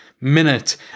minute